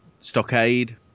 Stockade